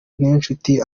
niyonshuti